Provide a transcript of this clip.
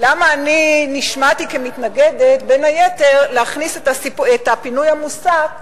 למה אני נשמעתי כמתנגדת בין היתר להכניס את הפינוי המוסק,